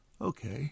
Okay